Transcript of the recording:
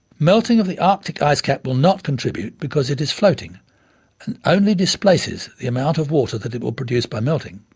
melting of the arctic ice cap will not contribute because it is floating and only displaces the amount of water that it will produce by melting.